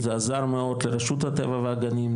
זה עזר מאוד לרשות הטבע והגנים,